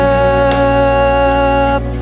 up